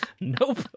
Nope